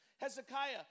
Hezekiah